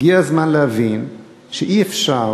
הגיע הזמן להבין שאי-אפשר,